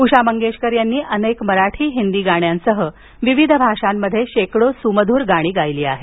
उषा मंगेशकर यांनी अनेक मराठी हिंदी गाण्यांसह विविध भाषांमध्ये शेकडो सुमध्र गाणी गायली आहेत